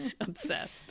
obsessed